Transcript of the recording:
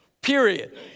period